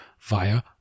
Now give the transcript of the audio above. via